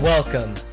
Welcome